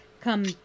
come